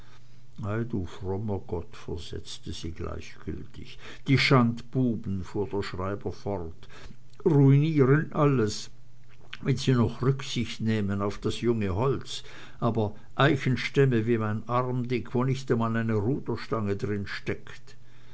du frommer gott versetzte sie gleichgültig die schandbuben fuhr der schreiber fort ruinieren alles wenn sie noch rücksicht nähmen auf das junge holz aber eichenstämmchen wie mein arm dick wo nicht einmal eine ruderstange drin steckt